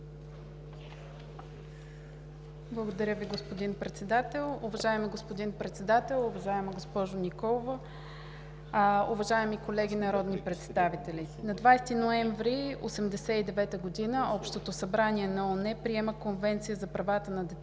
Благодаря Ви, господин Председател. Уважаеми господин Председател, уважаема госпожо Николова, уважаеми колеги народни представители! На 20 ноември 1989 г. Общото събрание на ООН приема Конвенция за правата на детето,